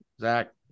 Zach